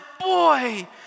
boy